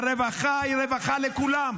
הרווחה היא רווחה לכולם,